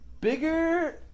bigger